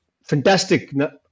fantastic